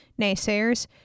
naysayers